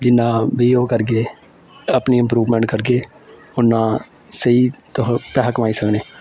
जिन्ना बी ओह् करगे अपनी इम्प्रूवमैंट करगे उन्ना स्हेई तुस पैसा कमाई सकने